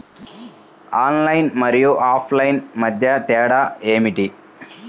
Online మరియు offline మధ్య తేడా ఏమిటీ?